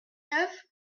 neuf